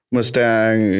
Mustang